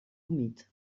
humit